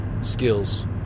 skills